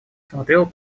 смотрел